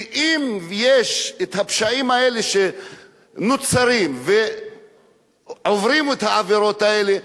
אם יש הפשעים האלה שנוצרים ועוברים את העבירות האלה,